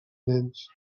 nens